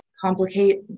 complicate